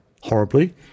horribly